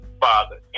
Father